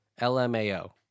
l-m-a-o